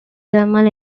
thermal